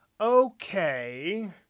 okay